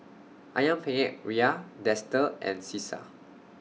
Ayam Penyet Ria Dester and Cesar